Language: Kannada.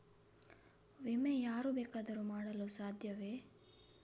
ವಿಮೆ ಯಾರು ಬೇಕಾದರೂ ಮಾಡಲು ಸಾಧ್ಯವೇ?